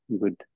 good